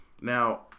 Now